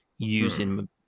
using